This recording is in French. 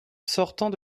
sortant